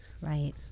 Right